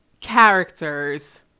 characters